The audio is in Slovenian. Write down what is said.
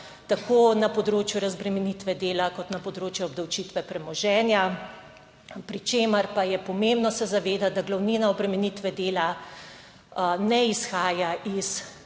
tako na področju razbremenitve dela, kot na področju obdavčitve premoženja, pri čemer pa je pomembno se zavedati, da glavnina obremenitve dela ne izhaja iz davkov